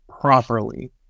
properly